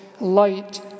light